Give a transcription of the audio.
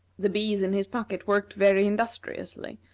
the bees in his pocket worked very industriously,